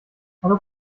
hallo